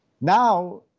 Now